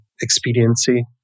expediency